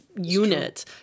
unit